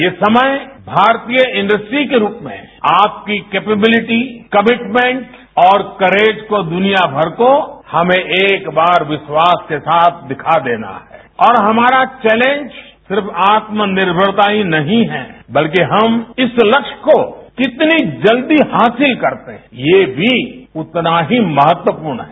ये समय भारतीय इंडस्ट्री के रूप में आपकी कैपेबिलिटी कमिटमेंट और करेज को दुनिया भर को हमें एक बार विश्वास के साथ दिखा देना है और हमारा चौलेंज सिर्फ आत्मनिर्मरता ही नहीं है बल्कि हम इस लक्ष्य को कितनी जल्दी हासिल करते हैं ये भी उतना ही महत्वपूर्ण है